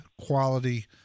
quality